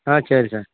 ஆ சரி சார்